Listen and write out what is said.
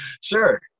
sure